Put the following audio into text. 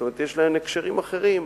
יש להן הקשרים אחרים,